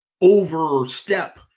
overstep